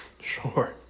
Sure